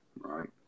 Right